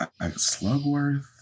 Slugworth